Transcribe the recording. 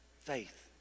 faith